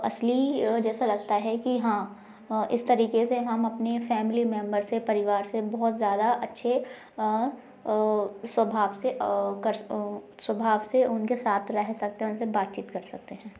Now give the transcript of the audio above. असली जैसा लगता है कि हाँ इस तरीके से हम अपने फैमिली मेंबर से परिवार से बहुत ज़्यादा अच्छे स्वभाव से कर स्वभाव से उनके साथ रह सकते हैं उनसे बातचीत कर सकते हैं